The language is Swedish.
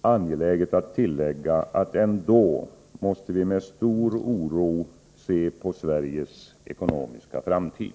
angeläget att tillägga att vi ändå måste se med stor oro på Sveriges ekonomiska framtid.